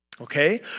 okay